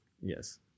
Yes